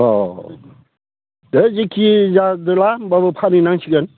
अ दे जिखि जादोला होमबाबो फानहैनांसिगोन